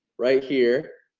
right here.